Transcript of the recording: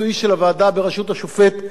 העליון לשעבר, השופט לוי.